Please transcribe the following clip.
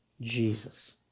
Jesus